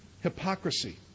hypocrisy